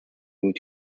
moved